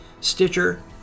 Stitcher